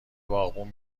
باغبون